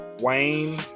Wayne